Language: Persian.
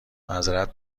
معذرت